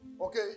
okay